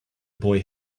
boy